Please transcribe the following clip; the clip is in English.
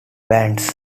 bands